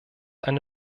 eine